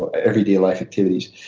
ah everyday life activities.